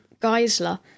Geisler